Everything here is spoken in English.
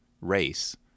race